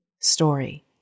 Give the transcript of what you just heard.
story